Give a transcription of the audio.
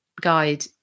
guide